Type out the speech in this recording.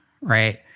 right